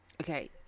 Okay